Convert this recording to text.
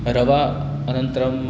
रवा अनन्तरं